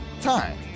time